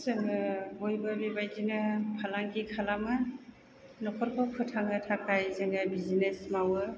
जोङो बयबो बेबायदिनो फालांगि खालामो नखरखौ फोथांनो थाखाय जोङो बिजनेस मावो